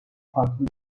farklı